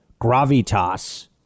gravitas